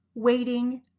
waiting